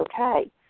okay